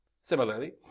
Similarly